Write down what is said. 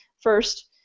first